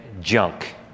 junk